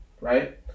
right